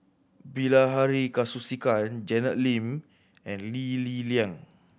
Bilahari Kausikan Janet Lim and Lee Li Lian